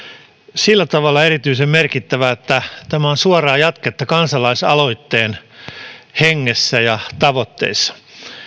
sillä tavalla erityisen merkittävä että tämä on suoraa jatketta kansalaisaloitteen hengessä ja tavoitteissa